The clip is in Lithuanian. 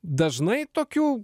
dažnai tokių